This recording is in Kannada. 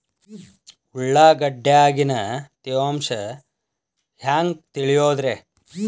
ಉಳ್ಳಾಗಡ್ಯಾಗಿನ ತೇವಾಂಶ ಹ್ಯಾಂಗ್ ತಿಳಿಯೋದ್ರೇ?